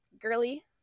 girly